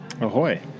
Ahoy